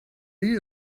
you